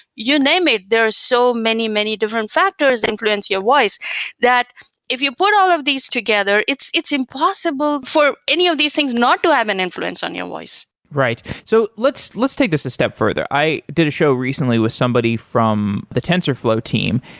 you name it, there are so many, many different factors influence your voice that if you put all of these together, it's it's impossible for any of these things not to have an influence on your voice. right. so let's let's take this a step further. i did a show recently with somebody from the tensorflow team.